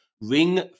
Ring